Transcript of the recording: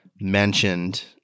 mentioned